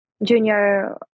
junior